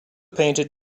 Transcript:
painted